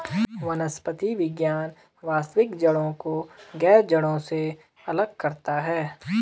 वनस्पति विज्ञान वास्तविक जड़ों को गैर जड़ों से अलग करता है